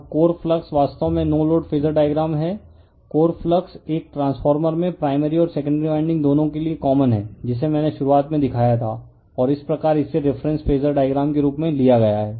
अब core flux वास्तव में नो लोड फेजर डायग्राम है कोर फ्लक्स एक ट्रांसफॉर्मर में प्राइमरी और सेकेंडरी वाइंडिंग दोनों के लिए कॉमन है जिसे मैंने शुरुआत में दिखाया था और इस प्रकार इसे रिफरेन्स फेजर डायग्राम के रूप में लिया गया हैं